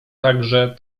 także